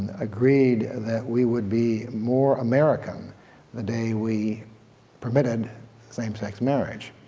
agreeed that we would be more american the day we permitted same-sex marriage.